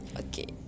okay